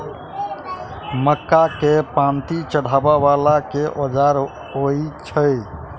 मक्का केँ पांति चढ़ाबा वला केँ औजार होइ छैय?